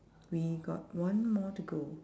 we got one more to go